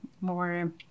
more